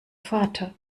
vater